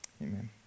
amen